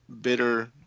bitter